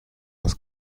das